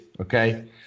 okay